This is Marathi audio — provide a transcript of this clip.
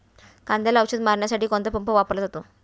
कांद्याला औषध मारण्यासाठी कोणता पंप वापरला जातो?